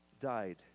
died